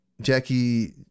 Jackie